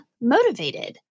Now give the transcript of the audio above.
motivated